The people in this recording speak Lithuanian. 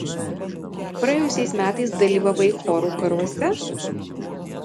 praėjusiais metais dalyvavai chorų karuose